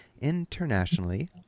internationally